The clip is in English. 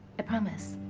i promise.